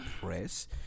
Press